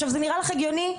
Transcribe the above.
זה נראה לך הגיוני,